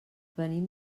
venim